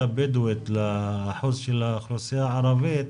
הבדואית לאחוז של האוכלוסייה הערבית,